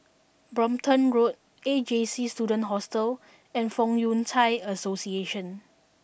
Brompton Road A J C Student Hostel and Fong Yun Thai Association